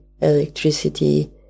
electricity